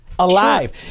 Alive